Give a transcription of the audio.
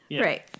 Right